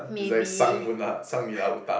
maybe